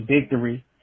victory